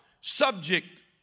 subject